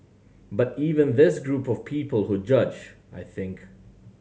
but even this group of people who judge I think